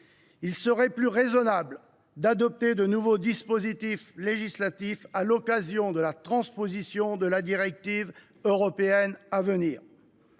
Il serait plus raisonnable d’adopter de nouveaux dispositifs législatifs à l’occasion de la transposition de la directive européenne à venir.